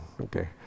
Okay